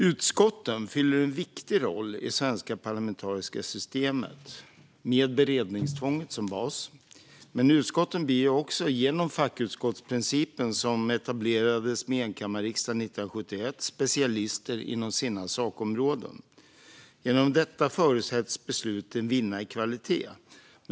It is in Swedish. Utskotten fyller en viktig roll i det svenska parlamentariska systemet med beredningstvånget som bas. Men genom fackutskottsprincipen, som etablerades med enkammarriksdagen 1971, blir utskotten även specialister inom sina sakområden. Genom detta förutsätts besluten vinna i kvalitet.